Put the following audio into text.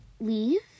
leave